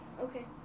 Okay